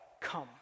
come